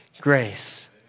grace